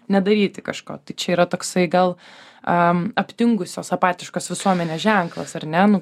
nedaryti kažko čia yra toksai gal a aptingusios apatiškos visuomenės ženklas ar ne nu